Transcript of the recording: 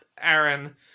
Aaron